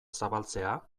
zabaltzea